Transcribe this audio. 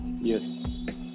Yes